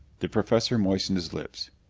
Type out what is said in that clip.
the professor moistened his lips.